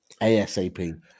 ASAP